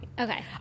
Okay